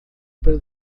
para